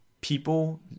people